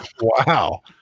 Wow